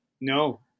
no